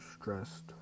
stressed